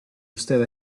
usted